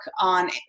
on